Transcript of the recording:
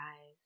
eyes